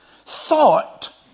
thought